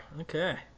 okay